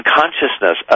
consciousness